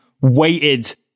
waited